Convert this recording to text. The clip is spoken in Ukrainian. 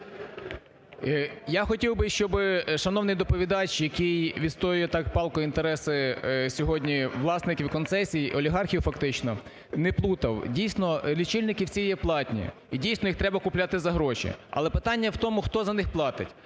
Я хотів би, щоб шановний доповідач, який відстоює так палко інтереси сьогодні власників концесій, олігархів фактично, не плутав, дійсно лічильники всі є оплатні і дійсно їх треба купляти за гроші. Але питання в тому, хто за них платить: